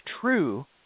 true